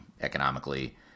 economically